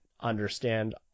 understand